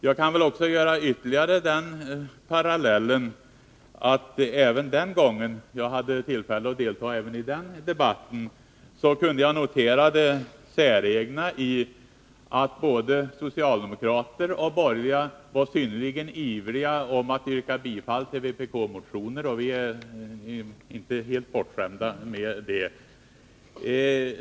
Jag kan göra den ytterligare parallellen att även den gången kunde jag notera — jag hade tillfälle att vara med också i den debatten — det säregna i att både socialdemokrater och borgerliga var synnerligen ivriga att yrka bifall till vpk-motioner. Vi är inte helt bortskämda med det.